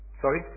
sorry